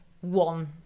one